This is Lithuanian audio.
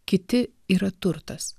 kiti yra turtas